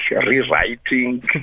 rewriting